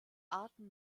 arten